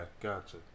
gotcha